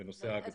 בנושא ההגדרה.